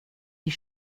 die